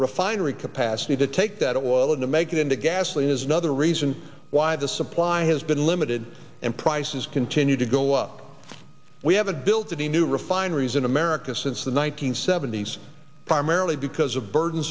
refinery capacity to take that oil and to make it into gasoline is another reason why the supply has been limited and prices continue to go up we haven't built any new refineries in america since the one nine hundred seventy s primarily because of burden